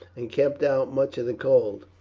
and kept out much of the cold.